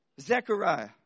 Zechariah